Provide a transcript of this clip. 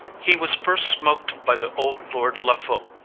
he was first smok'd by the old lord lafeu.